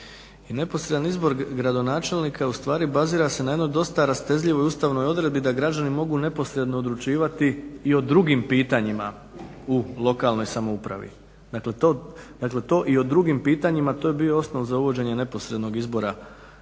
i neposredan izbor gradonačelnika ustvari bazira se na jednoj dosta rastezljivoj ustavnoj odredbi da građani mogu neposredno odlučivati i o drugim pitanjima u lokalnoj samoupravi, dakle to i o drugim pitanjima to je bio osnov za uvođenje neposrednog izbora